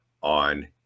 on